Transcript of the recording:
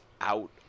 out